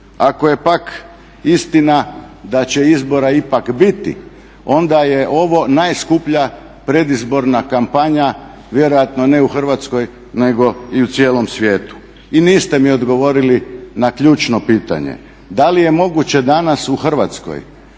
Ako je pak istina da će izbora ipak biti onda je ovo najskuplja predizborna kampanja, vjerojatno ne u Hrvatskoj, nego i u cijelom svijetu. I niste mi odgovorili na ključno pitanje, da li je moguće danas u Hrvatskoj